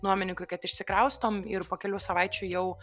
nuomininkui kad išsikraustom ir po kelių savaičių jau